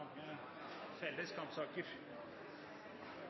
felles